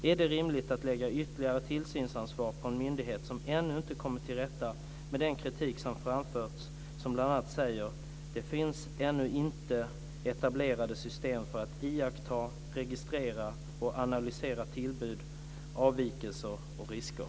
Är det rimligt att lägga ytterligare tillsynsansvar på en myndighet som ännu inte kommit till rätta med den kritik som framförts, som bl.a. säger att det ännu inte finns etablerade system för att iaktta, registrera och analysera tillbud, avvikelser och risker?